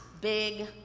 big